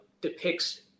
depicts